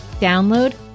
Download